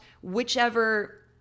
whichever